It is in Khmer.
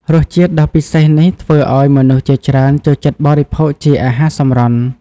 រសជាតិដ៏ពិសេសនេះធ្វើឲ្យមនុស្សជាច្រើនចូលចិត្តបរិភោគជាអាហារសម្រន់។